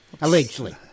Allegedly